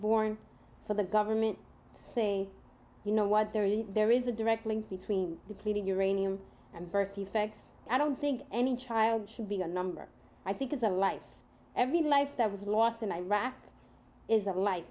born so the government say you know what there is there is a direct link between depleted uranium and birth defects i don't think any child should be the number i think is a life every life that was lost in iraq is that like